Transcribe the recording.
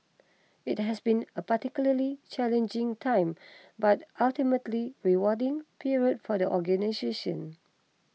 it has been a particularly challenging time but ultimately rewarding period for the organisation